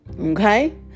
Okay